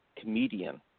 comedian